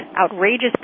Outrageous